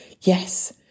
Yes